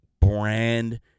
brand